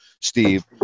Steve